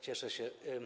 Cieszę się.